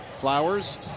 Flowers